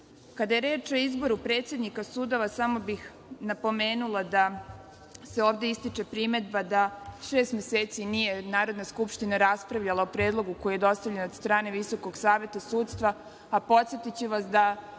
je reč o izboru predsednika sudova, samo bih napomenula da se ovde ističe primedba da šest meseci nije Narodna skupština raspravljala o predlogu koji je dostavljen od strane VSS,a podsetiću vas da